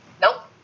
Nope